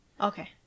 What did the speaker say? Okay